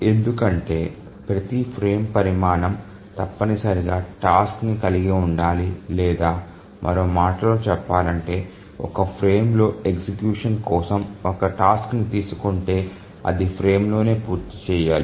ఎందుకంటే ప్రతి ఫ్రేమ్ పరిమాణం తప్పనిసరిగా టాస్క్ ని కలిగి ఉండాలి లేదా మరో మాటలో చెప్పాలంటే ఒక ఫ్రేమ్లో ఎగ్జిక్యూషన్ కోసం ఒక టాస్క్ ని తీసుకుంటే అది ఫ్రేమ్లోనే పూర్తి చేయాలి